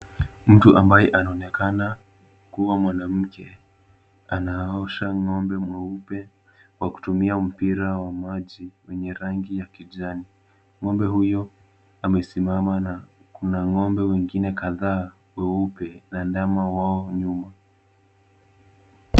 Mtu ambaye anaonekana kua mwanamke anaosha ng'ombe mweupe kwa kutumia mpira wa maji wenye rangi ya kijani. Ng'ombe huyo amesimama na kuna ng'ombe wengine kadhaa weupe na ndama wao nyuma.